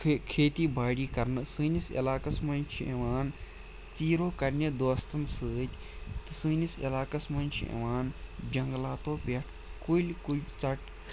کھیتی باڑی کَررنہٕ سٲنِس علاقَس منٛز چھِ یِوان ژیٖرو کَرنہِ دوستَن سۭتۍ تہٕ سٲنِس علاقَس منٛز چھِ اِوان جنگلاتو پٮ۪ٹھ کُلۍ کُلۍ ژَٹ